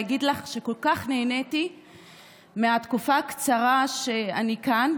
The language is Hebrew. להגיד לך שכל כך נהניתי מהתקופה הקצרה שאני כאן,